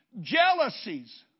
Jealousies